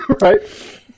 right